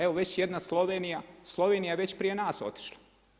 Evo već jedna Slovenija, Slovenija je već prije nas otišla.